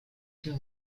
two